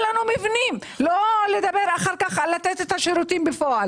מבנים שלא לדבר על מתן שירותים בפועל